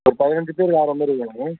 ஒரு பதினைஞ்சி பேருக்கு ஆகிற மாதிரி வேணுங்க